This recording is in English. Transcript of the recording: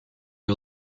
you